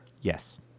Yes